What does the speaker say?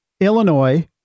Illinois